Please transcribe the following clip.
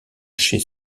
chez